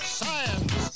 science